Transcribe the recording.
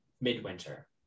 midwinter